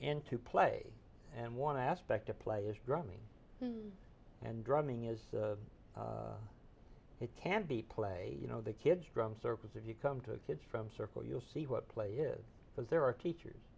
into play and one aspect of play is drumming and drumming is it can be play you know the kids drum circles if you come to kids from circle you'll see what play is because there are teachers